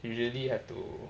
usually have to